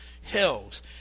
hills